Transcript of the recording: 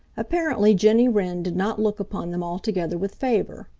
apparently, jenny wren did not look upon them altogether with favor.